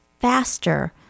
faster